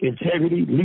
integrity